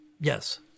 Yes